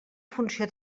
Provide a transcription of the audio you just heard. funció